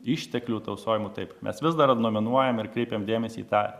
išteklių tausojimu taip mes vis dar nominuojam ir kreipiam dėmesį į tą